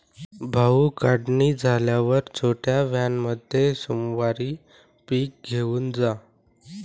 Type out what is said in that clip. भाऊ, काढणी झाल्यावर छोट्या व्हॅनमध्ये सोमवारी पीक घेऊन जा